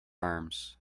arms